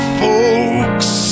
folks